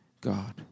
God